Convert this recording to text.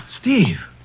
Steve